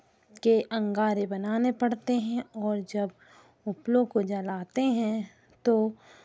के अंगारे बनाने पड़ते हैं और जब उपलों को जलाते हैं तो